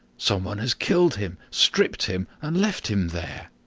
some one has killed him, stripped him, and left him there.